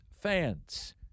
fans